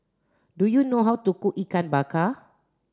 do you know how to cook Ikan Bakar